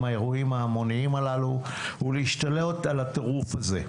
האירועים ההמוניים ולהשתלט על הטירוף הזה.